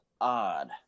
odd